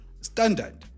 standard